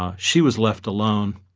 ah she was left alone.